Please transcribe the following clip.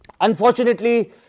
Unfortunately